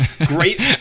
Great